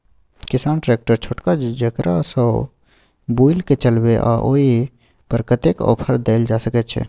किसान ट्रैक्टर छोटका जेकरा सौ बुईल के चलबे इ ओय पर कतेक ऑफर दैल जा सकेत छै?